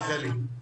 רחלי.